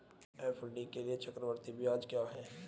FD के लिए चक्रवृद्धि ब्याज क्या है?